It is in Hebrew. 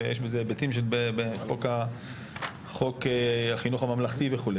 ויש בזה היבטים של חוק החינוך הממלכתי וכו'.